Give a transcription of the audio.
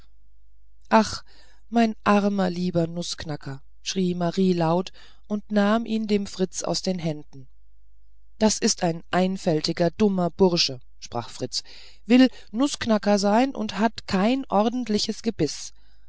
ach mein armer lieber nußknacker schrie marie laut und nahm ihn dem fritz aus den händen das ist ein einfältiger dummer bursche sprach fritz will nußknacker sein und hat kein ordentliches gebiß